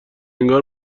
انگار